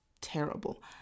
terrible